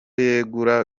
yegura